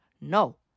No